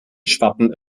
schwappen